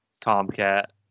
tomcat